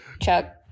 Chuck